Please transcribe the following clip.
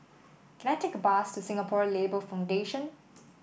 can I take a bus to Singapore Labour Foundation